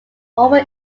over